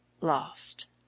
Lost